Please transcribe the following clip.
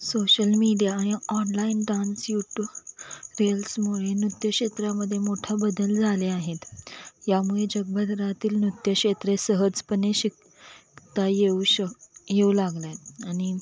social media आणि online dance YouTube रील्समुळे नृत्यक्षेत्रामध्ये मोठा बदल झाले आहेत यामुळे जगभरातील नृत्यक्षेत्रे सहजपणे शिकता येऊ शक येऊ लागले आहेत आणि